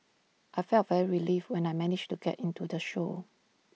I felt very relieved when I managed to get into the show